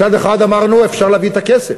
מצד אחד אמרנו שאפשר להביא את הכסף,